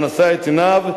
שאליה נשא את עיניו,